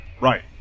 Right